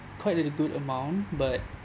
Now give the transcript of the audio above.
quite a good amount but